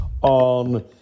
on